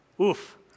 Oof